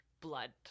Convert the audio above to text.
blood